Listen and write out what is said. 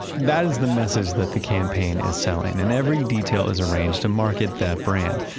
that is the message that the campaign is selling, and every detail is arranged to market that brand.